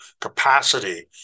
capacity